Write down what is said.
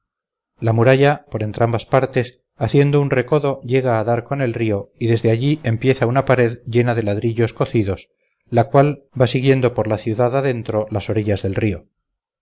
la muralla por entrambas partes haciendo un recodo llega a dar con el río y desde allí empieza una pared hecha de ladrillos cocidas la cual va siguiendo por la ciudad adentro las orillas del río